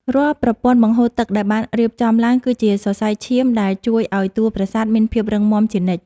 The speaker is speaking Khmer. រាល់ប្រព័ន្ធបង្ហូរទឹកដែលបានរៀបចំឡើងគឺជាសរសៃឈាមដែលជួយឱ្យតួប្រាសាទមានភាពរឹងមាំជានិច្ច។